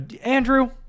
Andrew